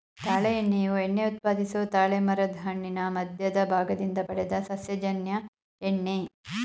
ತಾಳೆ ಎಣ್ಣೆಯು ಎಣ್ಣೆ ಉತ್ಪಾದಿಸೊ ತಾಳೆಮರದ್ ಹಣ್ಣಿನ ಮಧ್ಯದ ಭಾಗದಿಂದ ಪಡೆದ ಸಸ್ಯಜನ್ಯ ಎಣ್ಣೆ